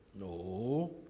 No